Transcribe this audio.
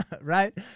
right